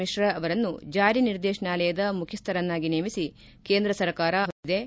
ಮಿಶ್ರಾ ಅವರನ್ನು ಜಾರಿ ನಿರ್ದೇಶನಾಲಯದ ಮುಖ್ಯಸ್ಥರನ್ನಾಗಿ ನೇಮಿಸಿ ಕೇಂದ್ರ ಸರ್ಕಾರ ಆದೇಶ ಹೊರಡಿಸಿದೆ